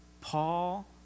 Paul